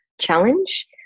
challenge